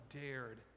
dared